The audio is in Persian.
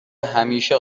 همیشه